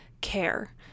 care